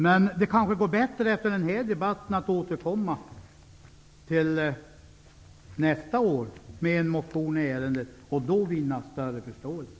Men efter den här debatten kanske det går bättre att återkomma nästa år med en motion i ärendet och då vinna större förståelse.